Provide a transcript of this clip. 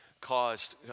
caused